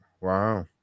Wow